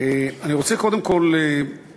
אני רוצה קודם כול לומר